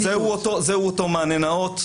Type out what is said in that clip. זהו אותו מענה נאות,